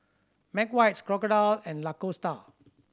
McVitie's Crocodile and Lacoste